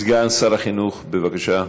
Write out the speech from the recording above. סגן שר החינוך, בבקשה,